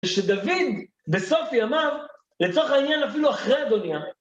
שדוד בסוף ימיו, לצורך העניין, אפילו אחרי אדוניה.